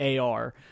AR